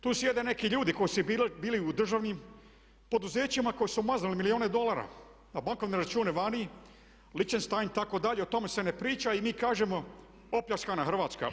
Tu sjede neki ljudi koji su bili u državnim poduzećima koji su maznuli milijune dolara na bankovne račune vani, Liechtenstein itd., o tome se ne priča i mi kažemo opljačkana Hrvatska.